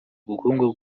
ubukungu